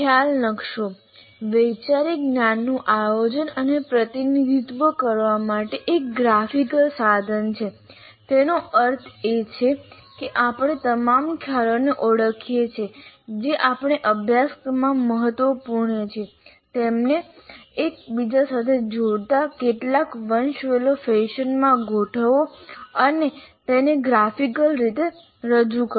ખ્યાલ નકશો વૈચારિક જ્ઞાનનું આયોજન અને પ્રતિનિધિત્વ કરવા માટે એક ગ્રાફિકલ સાધન છે તેનો અર્થ એ છે કે આપણે તમામ ખ્યાલોને ઓળખીએ છીએ જે આપણે અભ્યાસક્રમમાં મહત્વપૂર્ણ છીએ તેમને એક બીજા સાથે જોડતી કેટલીક વંશવેલો ફેશનમાં ગોઠવો અને તેને ગ્રાફિકલી રીતે રજૂ કરો